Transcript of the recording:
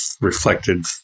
reflected